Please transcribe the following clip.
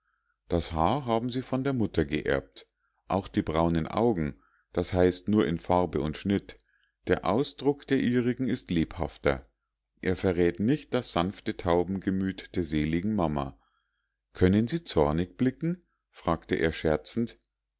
das haar haben sie von der mutter geerbt auch die braunen augen das heißt nur in farbe und schnitt der ausdruck der ihrigen ist lebhafter er verrät nicht das sanfte taubengemüt der seligen mama können sie zornig blicken fragte er scherzend